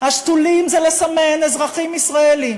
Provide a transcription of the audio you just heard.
השתולים זה סימון אזרחים ישראלים